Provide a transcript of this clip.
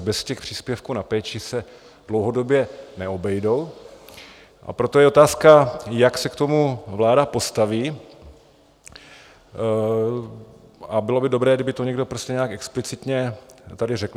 Bez těch příspěvků na péči se dlouhodobě neobejdou, a proto je otázka, jak se k tomu vláda postaví, a bylo by dobré, kdyby to někdo nějak explicitně tady řekl.